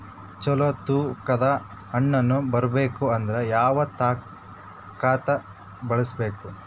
ಚಲೋ ತೂಕ ದ ಹಣ್ಣನ್ನು ಬರಬೇಕು ಅಂದರ ಯಾವ ಖಾತಾ ಬಳಸಬೇಕು?